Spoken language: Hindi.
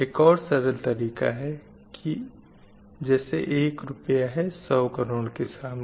एक और सरल तरीक़ा है की जैसे एक रुपया है 100 करोड़ के सामने